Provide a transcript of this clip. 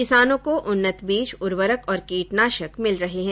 किसानों को उन्नत बीज उर्वरक और कीटनाशक मिल रहे हैं